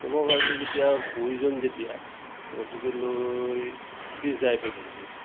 তেতিয়া মই ভাবিলোঁ যেতিয়া প্ৰয়োজন যেতিয়া গতিকে লৈ বিছ হাজাৰেই পে'মেন্ট কৰিলোঁ